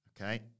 Okay